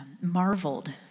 marveled